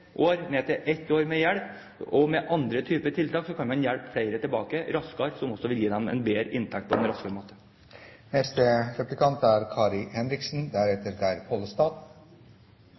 år ned til ett år og med andre typer tiltak kan hjelpe flere tilbake raskere, noe som også vil gi dem en bedre inntekt på en raskere måte. Fremskrittspartiet, som mener at de er